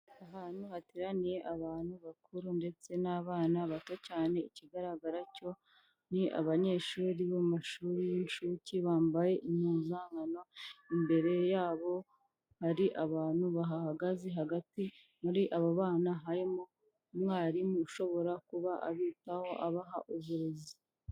Ahantu hateraniye abantu bakuru ndetse n'abana bato cyane, ikigaragara cyo ni abanyeshuri b'amashuri y'incuke bambaye impuzankano imbere yabo hari abantu bahagaze hagati muri abo bana harimo umwarimu ushobora kuba abitaho abaha uburezi.